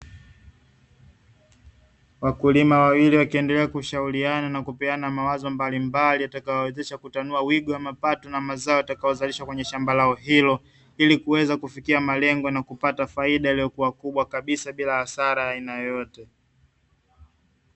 Wakulima wawili wakiendelea kushauriana na kupeana mawazo mbalimbali, yatakayowawezesha kutanua wigo wa mapato na mazao yatakayozalishwa kwenye shamba lao hilo, ili kuweza kufikia malengo na kupata faida iliyokuwa kubwa kabisa, bila hasara aina yoyote.